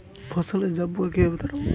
ফসলে জাবপোকা কিভাবে তাড়াব?